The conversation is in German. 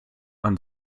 man